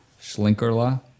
Schlinkerla